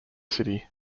city